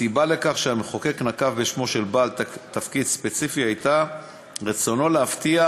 הסיבה לכך שהמחוקק נקב בעל תפקיד ספציפי הייתה רצונו להבטיח